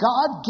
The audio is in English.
God